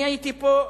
אני הייתי פה,